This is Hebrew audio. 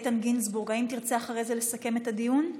גינזבורג, האם תרצה אחרי זה לסכם את הדיון?